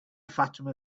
fatima